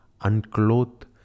unclothed